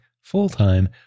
full-time